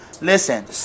Listen